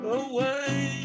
away